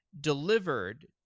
delivered